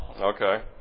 Okay